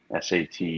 SAT